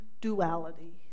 duality